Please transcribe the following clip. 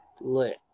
lit